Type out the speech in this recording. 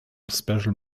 special